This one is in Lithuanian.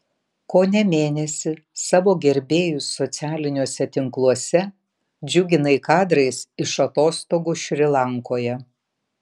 kone mėnesį savo gerbėjus socialiniuose tinkluose džiuginai kadrais iš atostogų šri lankoje